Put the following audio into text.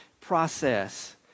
process